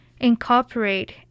incorporate